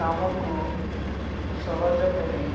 କାମକୁ ସହଜ କରି